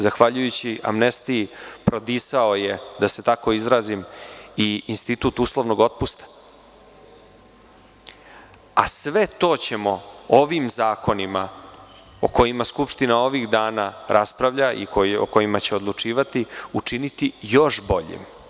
Zahvaljujući amnestiji prodisao je, da se tako izrazim, i institut uslovnog otpusta, a sve to ćemo ovim zakonima o kojima skupština ovih dana rasprava i o kojima će odlučivati, učiniti još boljim.